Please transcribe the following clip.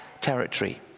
territory